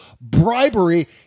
Bribery